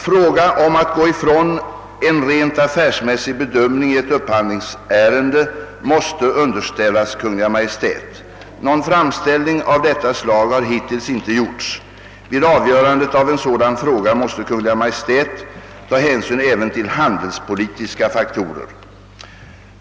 Fråga om att gå ifrån en rent affärsmässig bedömning i ett upphandlingsärende måste underställas Kungl. Maj:t. Någon framställning av detta slag har hittills inte gjorts. Vid avgörandet av en sådan fråga måste Kungl. Maj:t ta hänsyn även till handelspolitiska faktorer.